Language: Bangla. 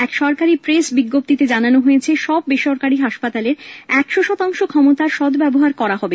এক সরকারি প্রেস বিজ্ঞপ্তিতে জানানো হয়েছে সব বেসরকারি হাসপাতালের একশো শতাংশ ক্ষমতার সদ্ব্যবহার করা হবে